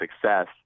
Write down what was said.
success